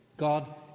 God